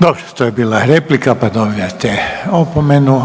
**Reiner, Željko (HDZ)** Dobro, to je bila replika, pa dobijate opomenu.